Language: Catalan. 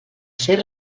ser